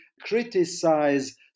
criticize